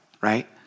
right